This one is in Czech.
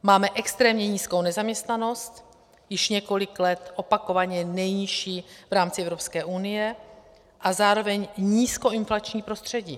Máme extrémně nízkou nezaměstnanost, již několik let opakovaně nejnižší v rámci Evropské unie, a zároveň nízkoinflační prostředí.